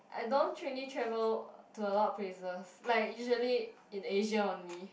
I don't truly travel to a lot of places like usually in Asia only